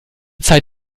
zeit